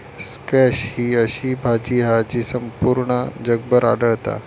squash ही अशी भाजी हा जी संपूर्ण जगभर आढळता